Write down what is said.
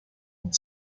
und